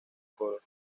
coros